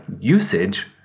usage